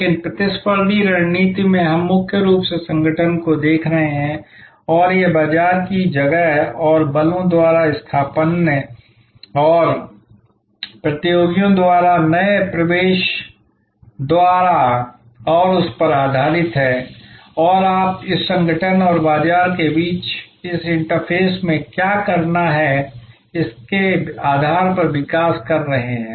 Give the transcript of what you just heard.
लेकिन प्रतिस्पर्धी रणनीति में हम मुख्य रूप से संगठन को देख रहे हैं और यह बाजार की जगह और बलों द्वारा स्थानापन्न और प्रतियोगियों द्वारा और नए प्रवेश द्वारा और उस पर आधारित है और आप इस संगठन और बाजारके बीच इस इंटरफेस में क्या करना है इसके आधार पर विकास कर रहे हैं